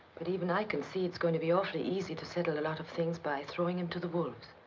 but even i can see it's going to be awfully easy. to settle a lot of things by throwing him to the wolves,